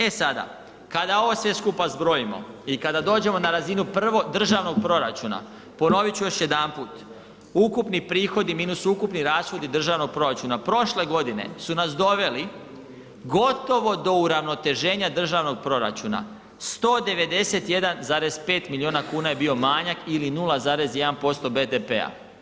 E sada, kada ovo sve skupa zbrojimo i kada dođemo na razinu prvog državnog proračuna, ponovit ću još jedanput, ukupni prihodi minus ukupni rashodi državnog proračuna, prošle godine su nas doveli gotovo do uravnoteženja državnog proračuna, 191,5 milijuna kuna je bio manjak ili 0,1% BDP-a.